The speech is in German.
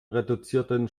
reduzierten